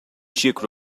czech